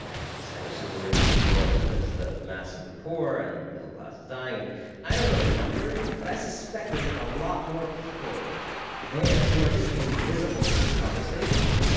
kind of super-rich people, and there's the mass of the poor, and the middle class is dying. and i don't know the numbers, but i suspect there's like a lot more people there who are just invisible to this conversation.